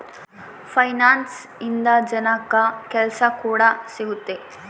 finance ಇಂದ ಜನಕ್ಕಾ ಕೆಲ್ಸ ಕೂಡ ಸಿಗುತ್ತೆ